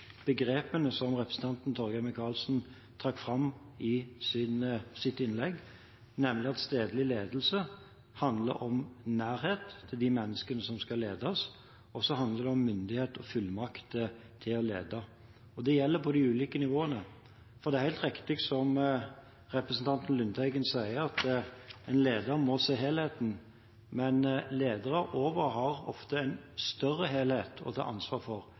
begrepene som representanten Torgeir Micaelsen trakk fram i sitt innlegg, nemlig at stedlig ledelse handler om nærhet til de menneskene som skal ledes, og så handler det om myndighet og fullmakt til å lede. Det gjelder på de ulike nivåene. Det er helt riktig som representanten Lundteigen sier, at en leder må se helheten, men ledere over har ofte en større helhet å ta ansvar for.